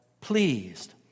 pleased